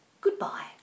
Goodbye